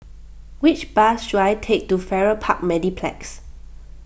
which bus should I take to Farrer Park Mediplex